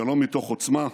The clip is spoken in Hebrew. שלום מתוך עוצמה,